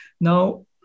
now